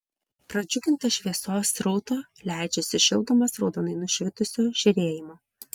pradžiugintas šviesos srauto leidžiasi šildomas raudonai nušvitusio žėrėjimo